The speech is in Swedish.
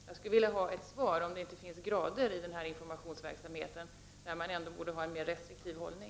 Jag skulle vilja ha ett svar på frågan om det inte finns grader av den här verksamheten där man borde inta en mer restriktiv hållning.